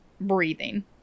breathing